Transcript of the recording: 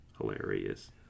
hilarious